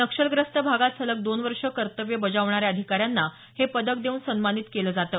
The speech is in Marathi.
नक्षलग्रस्त भागात सलग दोन वर्षे कर्तव्य बजावणाऱ्या अधिकाऱ्यांना हे पदक देऊन सन्मानित केलं जातं